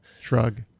Shrug